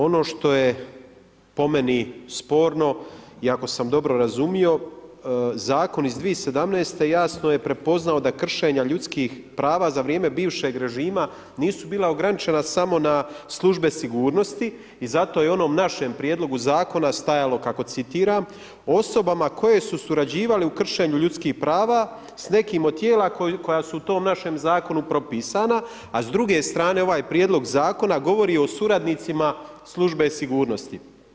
Ono što je po meni sporno i ako sam dobro razumio, zakon iz 2017. jasno je prepoznao da kršenja ljudskih prva za vrijeme bivšeg režima nisu bila ograničena samo na službe sigurnosti i zato je onom našem prijedlogu stajalo kako citiram: „Osobama koje su surađivale u kršenju ljudskih prava s nekim od tijela“ koja su u tom našem zakonu propisana, a s druge strne, ovaj prijedlog zakona govori o suradnicima službe sigurnosti.